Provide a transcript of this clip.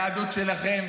היהדות שלכם